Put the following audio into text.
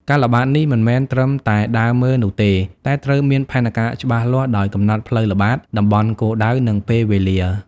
ការល្បាតនេះមិនមែនត្រឹមតែដើរមើលនោះទេ តែត្រូវមានផែនការច្បាស់លាស់ ដោយកំណត់ផ្លូវល្បាត តំបន់គោលដៅ និងពេលវេលា។